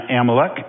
Amalek